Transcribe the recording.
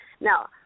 Now